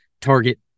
target